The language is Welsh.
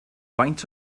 faint